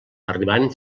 arribant